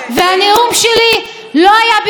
הנאום שלי לא היה ביקורת,